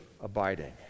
abiding